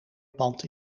pand